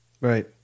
Right